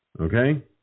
okay